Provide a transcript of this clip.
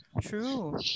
true